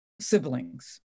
siblings